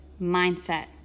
mindset